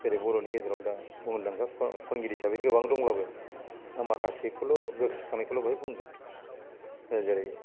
जेरै बर'नि गेजेराव दा मुंदांखा खनगिरि हिसाबै गोबां दंलाबो आं माखासेखौल' गोसोखांनायखौल' बेहाय बुंगोन जेरै